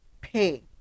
pay